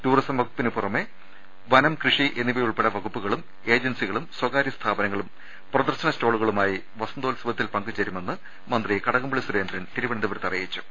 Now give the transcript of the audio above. tourism വകുപ്പിന് പുറമെ വനം കൃഷി എന്നിവ ഉൾപ്പെടെ വകുപ്പുകളും ഏജൻസികളും സ്വകാര്യ സ്ഥാപനങ്ങളും പ്രദർശന സ്റ്റോളുകളുമായി വസന്തോത്സവത്തിൽ പങ്കുചേരുമെന്ന് മന്ത്രി കട കംപള്ളി സുരേന്ദ്രൻ തിരുവനന്തപുരത്ത് അറിയിച്ചു